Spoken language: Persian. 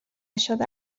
شده